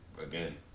again